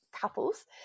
couples